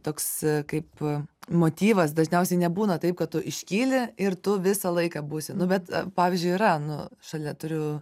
toks kaip motyvas dažniausiai nebūna taip kad tu iškyli ir tu visą laiką būsi nu bet pavyzdžiui yra nu šalia turiu